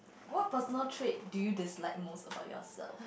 what personal trait do you dislike most about yourself